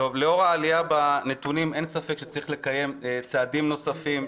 לאור העלייה בנתונים אין ספק שצריך לקיים צעדים נוספים,